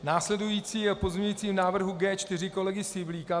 Následující je o pozměňujícím návrhu G4 kolegy Syblíka.